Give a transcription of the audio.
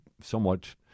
somewhat